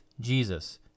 Jesus